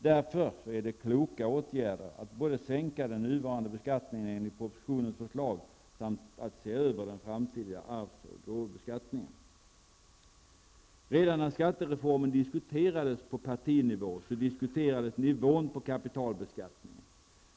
Därför är det kloka åtgärder att dels sänka den nuvarande beskattningen enligt propositionens förslag, dels se över den framtida arvs och gåvobeskattningen. Redan då skattereformen diskuterades på partinivå diskuterades nivån för kapitalbeskattningen.